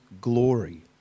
glory